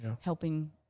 helping